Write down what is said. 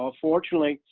ah fortunately,